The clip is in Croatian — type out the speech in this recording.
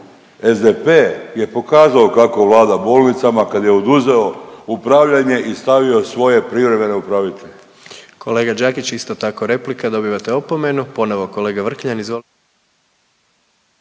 SDP je pokazao kako vlada bolnicama kad je oduzeo upravljanje i stavio svoje privremene upravitelje.